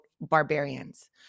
barbarians